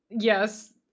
Yes